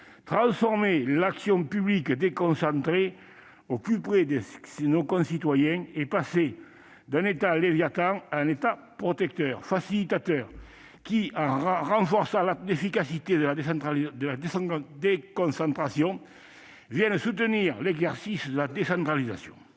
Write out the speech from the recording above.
transformer l'action publique déconcentrée au plus près de nos concitoyens et passer d'un État Léviathan à un État protecteur et facilitateur, qui, en renforçant l'efficacité de la déconcentration, vient soutenir l'exercice de la décentralisation.